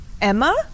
Emma